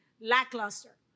lackluster